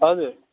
हजुर